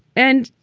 and,